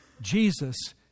Jesus